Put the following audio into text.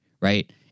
Right